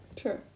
Sure